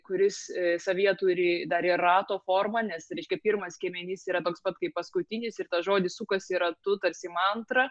kuris savyje turi dar ir rato formą nes reiškia pirmas skiemenys yra toks pat kaip paskutinis ir tas žodis sukasi ratu tarsi mantra